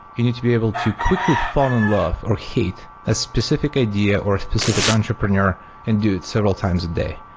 you need to be able to quickly fall in love or hate a specific idea or a specific entrepreneur and do it several times a day.